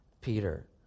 Peter